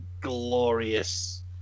glorious